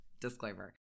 disclaimer